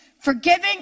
Forgiving